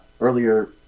earlier